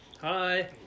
Hi